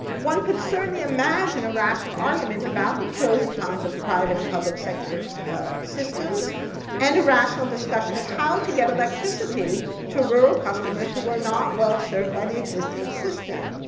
one could certainly imagine a rational argument about the pros and cons of private and public sector systems and a rational discussion of how to get electricity to rural customers who were not well-served by the existing system.